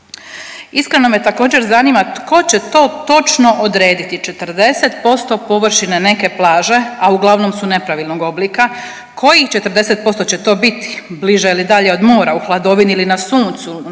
Iskreno me, također, zanima tko će to točno odrediti 40% površine neke plaže, a uglavnom su nepravilnog oblika, kojih 40% će to biti, bliže ili dalje od mora, u hladovini ili na suncu,